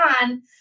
on